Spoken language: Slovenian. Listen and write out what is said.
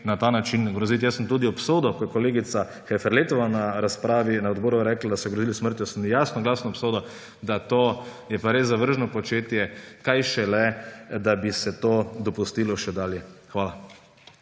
na ta način groziti. Jaz sem tudi obsodil, ko je kolegica Heferletova na razpravi na odboru rekla, da so grozili s smrtjo, jasno in glasno sem obsodil, da je pa to res zavržno početje, kaj šele, da bi se to dopustilo še dalje. Hvala.